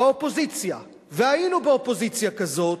באופוזיציה, והיינו באופוזיציה כזאת,